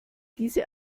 diese